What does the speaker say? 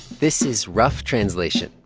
this is rough translation.